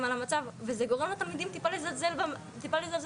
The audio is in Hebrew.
על המצב וזה גורם לתלמידים טיפה לזלזל במערכת.